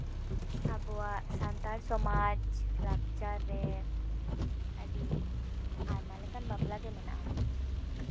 ᱟᱵᱚᱣᱟᱜ ᱥᱟᱱᱛᱟᱲ ᱥᱚᱢᱟᱡᱽ ᱞᱟᱠᱪᱟᱨ ᱨᱮ ᱟᱹᱰᱤ ᱟᱭᱢᱟ ᱞᱮᱠᱟᱱ ᱵᱟᱯᱞᱟ ᱜᱮ ᱢᱮᱱᱟᱜᱼᱟ